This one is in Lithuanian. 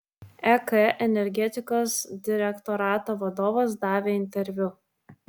ek energetikos direktorato vadovas davė interviu